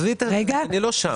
אני לא שם.